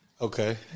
Okay